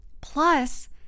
Plus